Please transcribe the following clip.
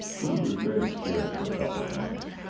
food was very scarce for a couple of months,